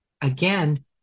again